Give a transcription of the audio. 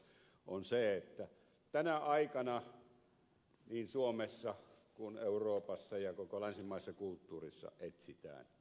se on se että tänä aikana niin suomessa kuin myös euroopassa ja koko länsimaisessa kulttuurissa etsitään juuria